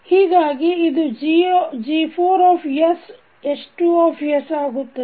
ಹೀಗಾಗಿ ಇದು G4sH2s ಆಗುತ್ತದೆ